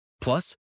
Plus